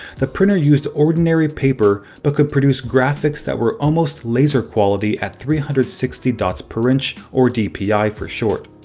the printer used ordinary paper but could produce graphics that were almost laser-quality at three hundred and sixty dots per inch or dpi for short.